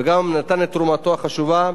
וגם נתן את תרומתו החשובה.